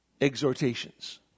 exhortations